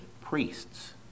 priests